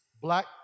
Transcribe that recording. black